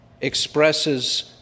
expresses